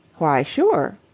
why, sure.